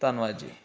ਧੰਨਵਾਦ ਜੀ